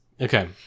Okay